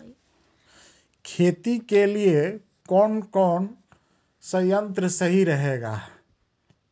खेती के लिए कौन कौन संयंत्र सही रहेगा?